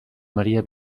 maria